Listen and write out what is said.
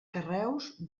carreus